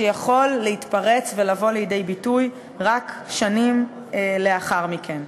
שיכול להתפרץ ולבוא לידי ביטוי רק שנים לאחר מכן.